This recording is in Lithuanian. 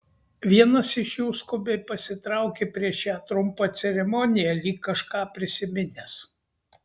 vienas iš jų skubiai pasitraukė prieš šią trumpą ceremoniją lyg kažką prisiminęs